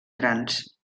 grans